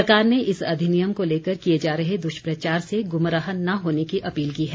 सरकार ने इस अधिनियम को लेकर किए जा रहे दुष्प्रचार से गुमराह न होने की अपील की है